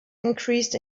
increased